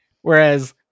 Whereas